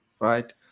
right